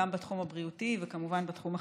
גם בתחום הבריאותי וכמובן בתחום החברתי,